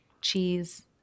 cheese